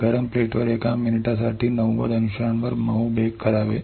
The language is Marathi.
गरम प्लेटवर एका मिनिटासाठी नव्वद अंशांवर मऊ बेक करावे